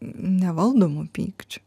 nevaldomu pykčiu